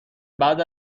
بعد